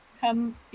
come